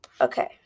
Okay